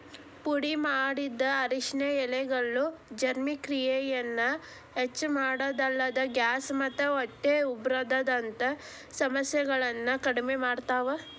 ಪುಡಿಮಾಡಿದ ಅರಿಶಿನ ಎಲೆಗಳು ಜೇರ್ಣಕ್ರಿಯೆಯನ್ನ ಹೆಚ್ಚಮಾಡೋದಲ್ದ, ಗ್ಯಾಸ್ ಮತ್ತ ಹೊಟ್ಟೆ ಉಬ್ಬರದಂತ ಸಮಸ್ಯೆಗಳನ್ನ ಕಡಿಮಿ ಮಾಡ್ತಾವ